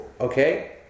Okay